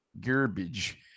garbage